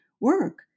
work